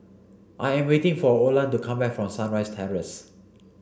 I am waiting for Olan to come back from Sunrise Terrace